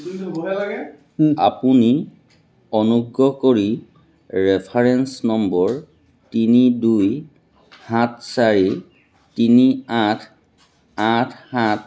আপুনি অনুগ্ৰহ কৰি ৰেফাৰেন্স নম্বৰ তিনি দুই সাত চাৰি তিনি আঠ আঠ সাত